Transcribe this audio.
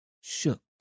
shook